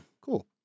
Cool